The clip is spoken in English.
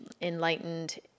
enlightened